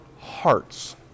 hearts